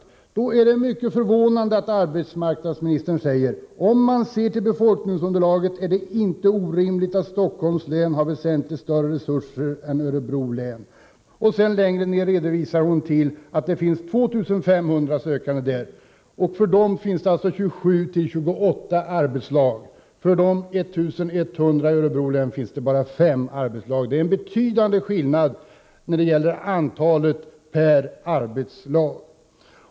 I detta läge är det mycket förvånande att arbetsmarknadsministern säger: ”Om man ser till befolkningsunderlaget är det inte orimligt att Stockholms län har väsentligt större resurser än Örebro län.” Längre fram i svaret redovisar hon att det är 2 500 sökande i Stockholms län. För dem finns det 27-28 arbetslag. För de 1 100 i Örebro län finns det bara 5 arbetslag. Det är en betydande skillnad när det gäller antalet per arbetslag.